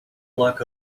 luck